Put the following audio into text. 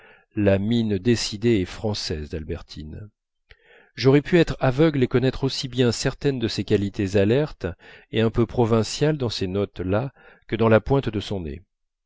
la mine décidée et française d'albertine j'aurais pu être aveugle et connaître aussi bien certaines de ses qualités alertes et un peu provinciales dans ces notes là que dans la pointe de son nez